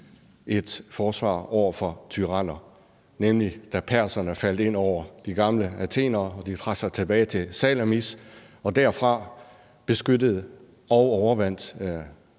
et forsvar over for tyranner, nemlig da perserne overfaldt de gamle athenere og de trak sig tilbage til Salamis og derfra beskyttede sig og overvandt